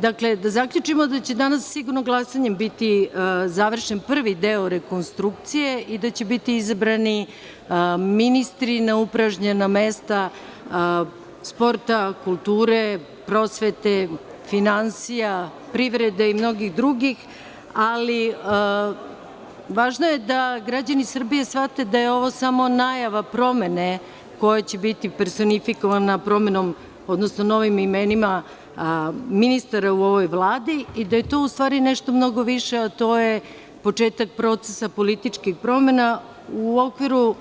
Da zaključimo da će danas sigurno glasanjem biti završen prvi deo rekonstrukcije i da će biti izabrani ministri na upražnjena mesta sporta, kulture, prosvete, finansija, privrede i mnogih drugih, ali važno je da građani Srbije shvate da je ovo samo najava promene koja će biti personifikovana promenom, odnosno novim imenima ministara u ovoj vladi i da je to ustvari nešto mnogo više, a to je početak procesa političkih promena u okviru